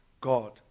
God